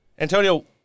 Antonio